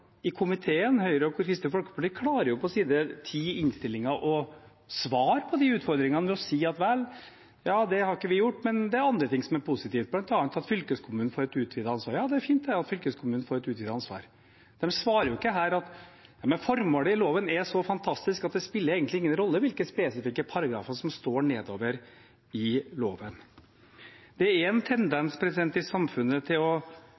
i komiteen klarer partiene Høyre og Kristelig Folkeparti på side 10 i innstillingen å svare på de utfordringene ved å si at vel, det har de ikke gjort, men at det er andre ting som er positive, bl.a. at fylkeskommunen får et utvidet ansvar – og ja, det er fint at fylkeskommunen får et utvidet ansvar. De svarer ikke der at formålet i loven er så fantastisk at det ikke egentlig spiller noen rolle hvilke spesifikke paragrafer som står nedover i loven. En tendens i samfunnet er at det